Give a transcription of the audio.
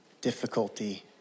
difficulty